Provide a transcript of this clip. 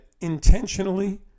intentionally